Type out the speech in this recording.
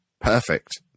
perfect